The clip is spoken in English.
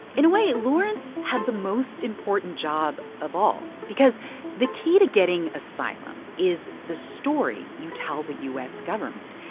in a way, lawrence had the most important job of all because the key to getting asylum is the story you tell the u s. government.